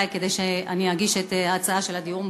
כדי שאני אגיש את ההצעה על הדיור המוגן.